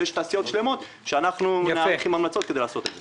יש תעשיות שלמות שאנחנו נערך עם המלצות כדי לעשות את זה.